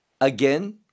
again